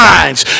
Minds